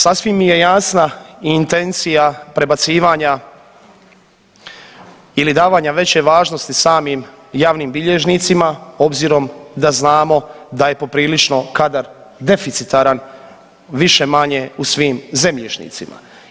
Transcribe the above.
Sasvim je jasna i intencija prebacivanja ili davanja veće važnosti samim javnim bilježnicima obzirom da znamo da je poprilično kadar deficitaran više-manje u svim zemljišnicima.